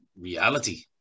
reality